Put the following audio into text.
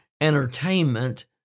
entertainment